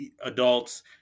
adults